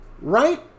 right